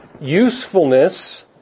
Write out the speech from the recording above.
usefulness